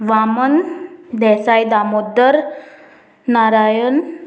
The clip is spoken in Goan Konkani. वामन देसाय दामोदर नारायण